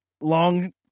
long